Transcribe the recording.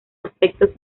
aspectos